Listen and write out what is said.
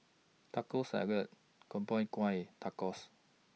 Taco Salad Gobchang Gui Tacos